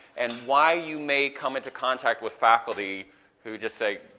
and why you may come into contact with faculty who just say